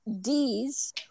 D's